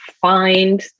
find